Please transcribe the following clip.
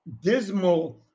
dismal